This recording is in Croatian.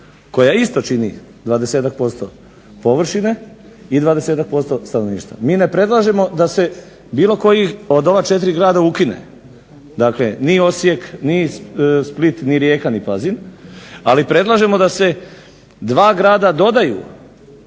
koja isto čini 20-ak % površine i 20-tak % stanovništva. Mi ne predlažemo da se bilo koji od ova četiri grada ukine, dakle ni Osijek ni Split ni Rijeka ni Pazin, ali predlažemo da se dva grada dodaju